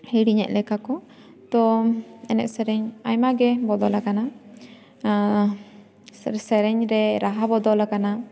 ᱦᱤᱲᱤᱧᱮᱜ ᱞᱮᱠᱟ ᱠᱚ ᱛᱚ ᱮᱱᱮᱡ ᱥᱮᱨᱮᱧ ᱟᱭᱢᱟᱜᱮ ᱵᱚᱫᱚᱞ ᱟᱠᱟᱱᱟ ᱥᱮᱨᱮᱧ ᱨᱮ ᱨᱟᱦᱟ ᱵᱚᱫᱚᱞ ᱟᱠᱟᱱᱟ